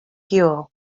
fuel